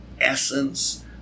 essence